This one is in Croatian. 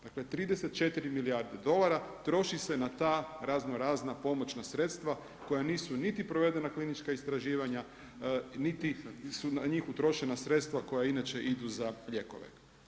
Dakle, 34 milijarde dolara troši se na ta raznorazna pomoćna sredstva koja nisu niti provedena klinička istraživanja niti su na njih utrošena sredstva koja inače idu za lijekove.